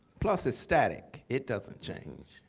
plus it's static. it doesn't change.